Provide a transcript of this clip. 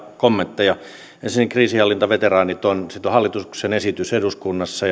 kommentteja ensinnäkin kriisinhallintaveteraanit siitä on hallituksen esitys eduskunnassa